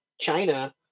China